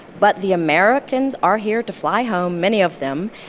but the americans are here to fly home, many of them.